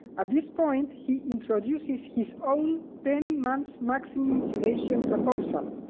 at this point, he introduces his own ten months maximum duration proposal.